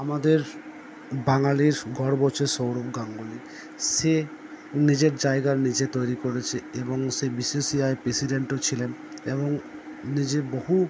আমাদের বাঙালির গর্ব হচ্ছে সৌরভ গাঙ্গুলি সে নিজের জায়গা নিজে তৈরি করেছে এবং সে বি সি সি আইয়ের প্রেসিডেন্টও ছিলেন এবং নিজে বহু